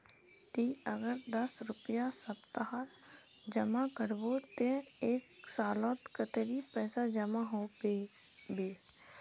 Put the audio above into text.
ती अगर दस रुपया सप्ताह जमा करबो ते एक सालोत कतेरी पैसा जमा होबे बे?